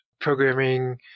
programming